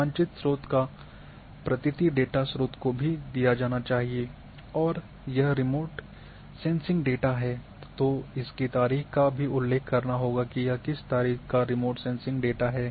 मानचित्र स्रोत का प्रतीति डेटा स्रोत को भी दिया जाना चाहिए और अगर यह रिमोट सेंसिंग डेटा है तो इसकी तारीख का भी उल्लेख करना होगा कि यह किस तारीख का रिमोट सेंसिंग डेटा है